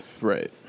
right